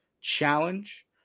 Challenge